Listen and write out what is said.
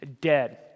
dead